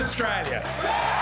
Australia